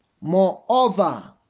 Moreover